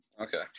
Okay